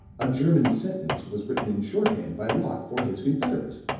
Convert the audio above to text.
a german sentence was written in shorthand by locke for his confederate.